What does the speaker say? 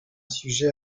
sujet